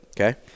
Okay